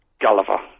Gulliver